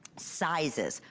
sizes,